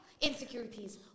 insecurities